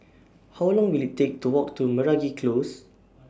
How Long Will IT Take to Walk to Meragi Close